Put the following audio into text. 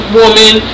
woman